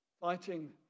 fighting